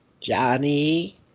Johnny